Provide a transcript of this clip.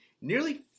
nearly